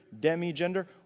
demigender